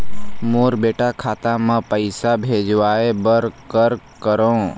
मोर बेटा खाता मा पैसा भेजवाए बर कर करों?